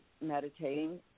meditating